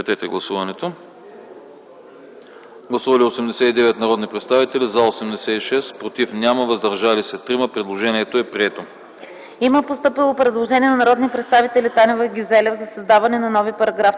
Има постъпило предложение от народните представители Танева и Гюзелев за създаване на нови параграфи